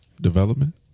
Development